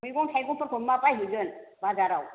मैगं थाइगंफोरखौ मा बायहैगोन बाजाराव